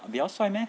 比较帅 meh